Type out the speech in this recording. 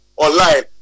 online